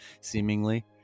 seemingly